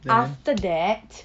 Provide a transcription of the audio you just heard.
after that